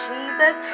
Jesus